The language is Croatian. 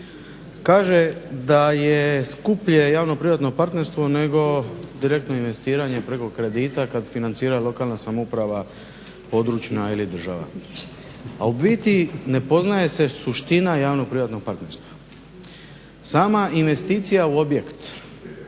Kaže, da je skuplje javno-privatno partnerstvo nego direktno investiranje preko kredita kad financira lokalna samouprava, područna ili država. A u biti ne poznaje se suština javno-privatnog partnerstva. Sama investicija u objekt,